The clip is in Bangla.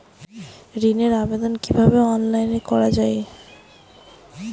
ঋনের আবেদন কিভাবে অনলাইনে করা যায়?